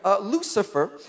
Lucifer